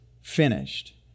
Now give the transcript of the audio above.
finished